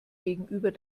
gegenüber